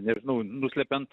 nežinau nuslepiant